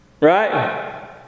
Right